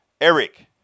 Eric